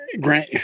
Grant